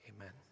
Amen